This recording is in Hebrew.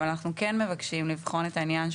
אבל אנחנו כן מבקשים לבחון את העניין של